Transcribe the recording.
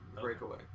Breakaway